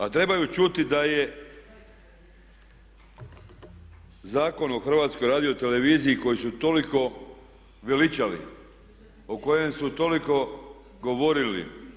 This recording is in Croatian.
A trebaju čuti da je Zakon o HRT-u koji su toliko veličali, o kojem su toliko govorili.